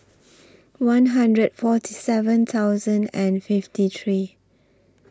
one hundred forty seven thousand and fifty three